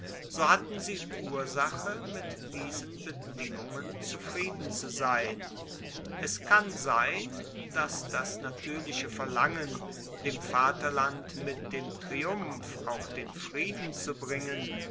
so hatten sie ursache mit diesen bedingungen zufrieden zu sein es kann sein dass das natuerliche verlangen dem vaterland mit dem triumph auch den frieden zu bringen